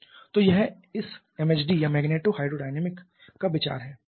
तो यह इस MHD या मैग्नेटो हाइड्रो डायनेमिक का विचार है